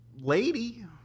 ...lady